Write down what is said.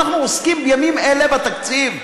אנחנו עוסקים בימים אלה בתקציב,